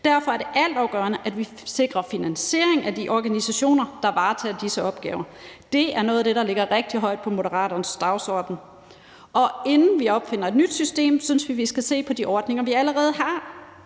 Derfor er det altafgørende, at vi sikrer finansiering af de organisationer, der varetager disse opgaver. Det er noget af det, der står rigtig højt på Moderaternes dagsorden. Og inden vi opfinder et nyt system, synes vi at vi skal se på de ordninger, vi allerede har.